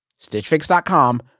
Stitchfix.com